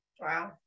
Wow